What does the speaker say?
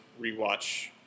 rewatch